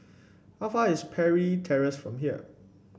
how far away is Parry Terrace from here